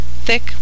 thick